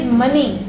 money